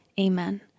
Amen